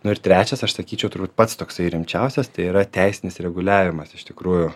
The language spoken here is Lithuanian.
nu ir trečias aš sakyčiau turbūt pats toksai rimčiausias tai yra teisinis reguliavimas iš tikrųjų